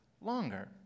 longer